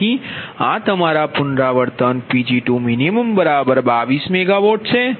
તેથી આ તમારા પુનરાવર્તન Pg2Pg2min22MW છે